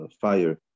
fire